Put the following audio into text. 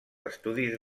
estudis